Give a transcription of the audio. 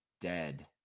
dead